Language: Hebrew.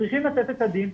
צריכים לתת את הדין.